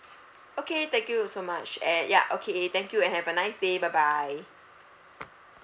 okay thank you so much and ya okay thank you and have a nice day bye bye